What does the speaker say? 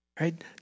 Right